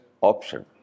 option